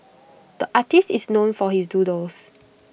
the artist is known for his doodles